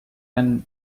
and